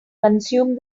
consume